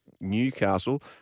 Newcastle